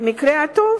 במקרה הטוב,